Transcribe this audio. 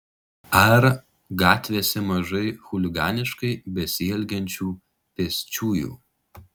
ar gatvėse mažai chuliganiškai besielgiančių pėsčiųjų